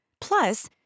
Plus